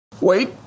Wait